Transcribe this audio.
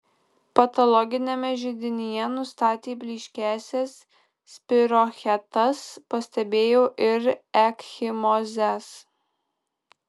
patologiniame židinyje nustatė blyškiąsias spirochetas pastebėjo ir ekchimozes